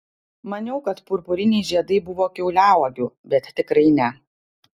maniau kad purpuriniai žiedai buvo kiauliauogių bet tikrai ne